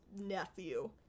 nephew